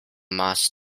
más